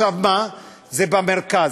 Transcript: זה במרכז.